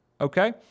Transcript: okay